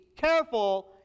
careful